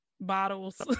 bottles